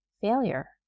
failure